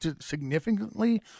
significantly